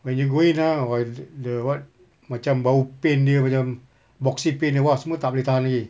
when you go ah !wah! th~ the what macam bau paint dia macam epoxy paint dia !wah! semua tak boleh tahan lagi